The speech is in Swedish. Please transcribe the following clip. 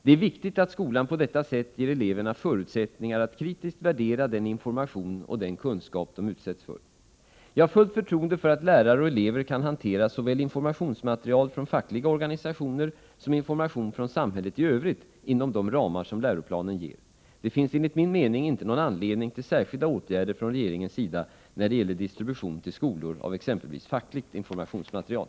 Det är viktigt att skolan på detta sätt ger eleverna förutsättningar att kritiskt värdera den information och den kunskap de utsätts för. Jag har fullt förtroende för att lärare och elever kan hantera såväl informationsmaterial från fackliga organisationer som information från samhället i övrigt inom de ramar som läroplanen ger. Det finns enligt min mening inte någon anledning till särskilda åtgärder från regeringens sida när det gäller distribution till skolor av exempelvis fackligt informationsmaterial.